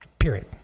period